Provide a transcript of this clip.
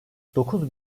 dokuz